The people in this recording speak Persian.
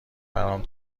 برام